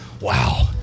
Wow